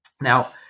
Now